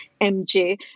MJ